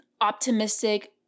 optimistic